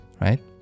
right